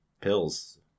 pills